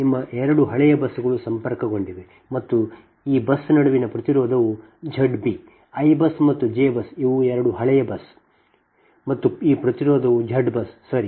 ನಿಮ್ಮ 2 ಹಳೆಯ ಬಸ್ಸುಗಳು ಸಂಪರ್ಕಗೊಂಡಿವೆ ಮತ್ತು ಈ ಬಸ್ ನಡುವಿನ ಪ್ರತಿರೋಧವು Z b i ಬಸ್ ಮತ್ತು ಜೆ ಬಸ್ ಇವು 2 ಹಳೆಯ ಬಸ್ ಮತ್ತು ಈ ಪ್ರತಿರೋಧವು Z b ಸರಿ